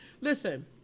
Listen